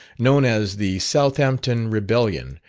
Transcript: known as the southampton rebellion,